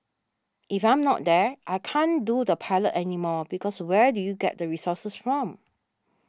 if I'm not there I can't do the pilot anymore because where do you get the resources from